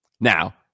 Now